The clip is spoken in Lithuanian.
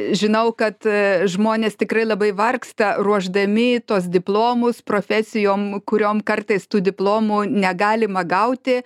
žinau kad žmonės tikrai labai vargsta ruošdami tuos diplomus profesijom kuriom kartais tų diplomų negalima gauti